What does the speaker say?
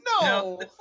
No